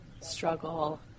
struggle